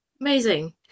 Amazing